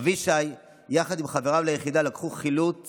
אבישי, יחד עם חבריו ליחידה, לקח חילוץ